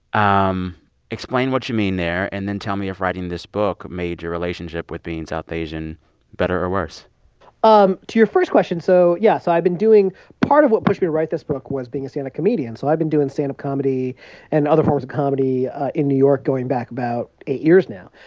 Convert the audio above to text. um explain what you mean there, and then tell me if writing this book made your relationship with being south asian better or worse um to your first question so yeah. so i've been doing part of what pushed me to write this book was being a stand-up comedian. so i've been doing stand-up comedy and other forms of comedy in new york going back about eight years now.